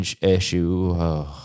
issue